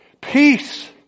peace